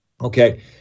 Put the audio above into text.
Okay